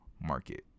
market